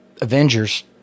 Avengers